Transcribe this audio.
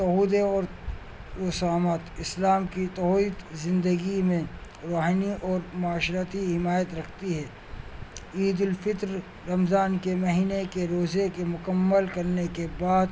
توحید اور رسالت اسلام کی توعت زندگی میں روحانی اور معاشرتی حمایت رکھتی ہے عید الفطر رمضان کے مہینے کے روزے کے مکمل کرنے کے بعد